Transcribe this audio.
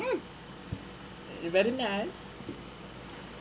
mm very nice